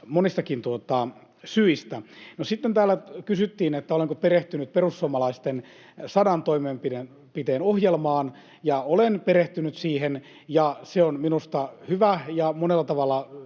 monistakin syistä. No sitten täällä kysyttiin, että olenko perehtynyt perussuomalaisten sadan toimenpiteen ohjelmaan. Olen perehtynyt siihen, ja se on minusta hyvä ja monella tavalla